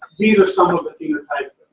these are some of the phenotypes